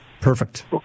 perfect